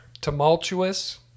tumultuous